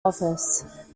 office